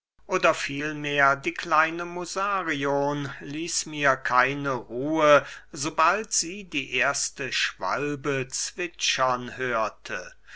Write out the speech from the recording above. oder vielmehr die kleine musarion ließ mir keine ruhe sobald sie die erste schwalbe zwitschern hörte